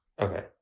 Okay